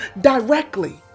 directly